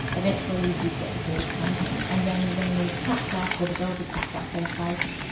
eventually we did get the keys from him, and then when we'd packed up, all the girls had packed up their place,